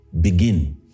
begin